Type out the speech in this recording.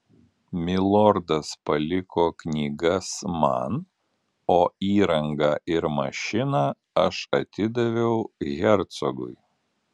milordas paliko knygas man o įrangą ir mašiną aš atidaviau hercogui